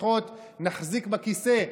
לפחות נחזיק בכיסא.